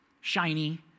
Shiny